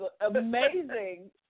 amazing